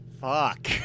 Fuck